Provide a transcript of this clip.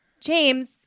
james